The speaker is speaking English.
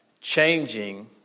changing